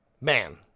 man